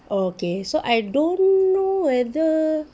okay so I don't know whether